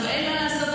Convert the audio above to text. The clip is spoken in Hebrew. אז אין מה לעשות,